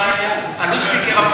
א שיינע א ליכטיגע,